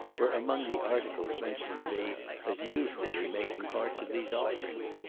were among the articles mentioned to me as usually making parts of these offerings.